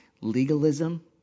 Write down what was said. legalism